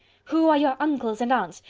who are your uncles and aunts?